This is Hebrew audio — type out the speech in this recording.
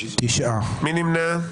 מי נמנע?